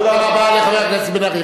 תודה רבה לחבר הכנסת בן-ארי.